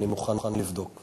אני מוכן לבדוק.